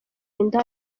inda